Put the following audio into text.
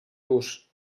durs